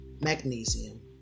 magnesium